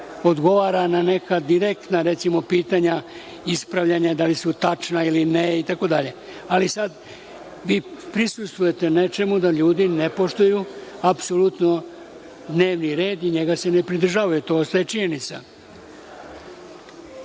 odgovara na neka direktna pitanja, ispravljanja, da li su tačna ili ne itd. Ali, sada vi prisustvujete nečemu da ljudi ne poštuju apsolutno dnevni red i njega se ne pridržavaju, to ostaje činjenica. Ja